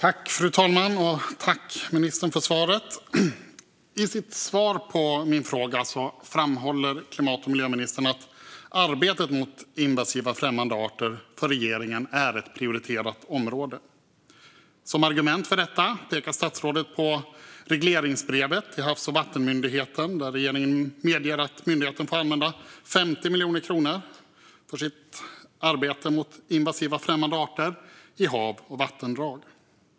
Fru talman! Jag tackar ministern för svaret på min interpellation. I sitt svar framhåller klimat och miljöministern att arbetet mot invasiva främmande arter är ett prioriterat område för regeringen. Som argument för detta pekar statsrådet på regleringsbrevet till Havs och vattenmyndigheten, där regeringen medger att myndigheten får använda 50 miljoner kronor för sitt arbete mot invasiva främmande arter i hav och vattendrag.